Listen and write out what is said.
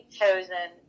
chosen